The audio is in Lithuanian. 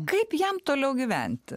kaip jam toliau gyventi